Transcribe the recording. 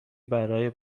برای